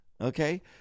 Okay